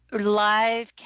live